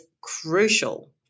crucial